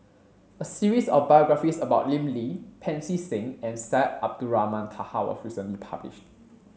a series of biographies about Lim Lee Pancy Seng and Syed Abdulrahman Taha was recently published